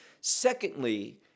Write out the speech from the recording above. Secondly